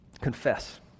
Confess